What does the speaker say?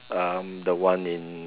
um the one in